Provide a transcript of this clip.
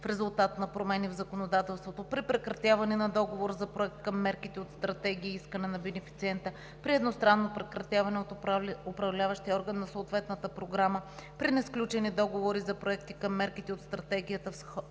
в резултат на промени в законодателството, при прекратяване на договора за проект към мерките от стратегии и искане на бенефициента, при едностранно прекратяване от управляващия орган на съответната програма, при несключени договори за проекти към мерките от Стратегията в срока по